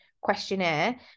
questionnaire